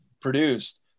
produced